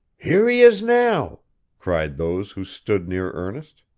here he is, now cried those who stood near ernest.